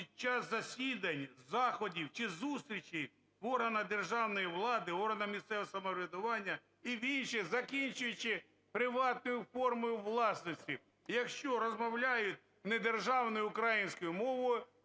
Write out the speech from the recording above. "під час засідань, заходів чи зустрічей в органах державної влади, органах місцевого самоврядування…" і в інших, закінчуючи приватною формою власності, якщо розмовляють недержавною українською мовою,